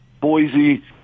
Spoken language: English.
Boise